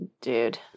dude